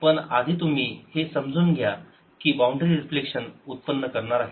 पण आधी तुम्ही हे समजून घ्या की बाउंड्री रिफ्लेक्शन उत्पन्न करणार आहे